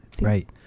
right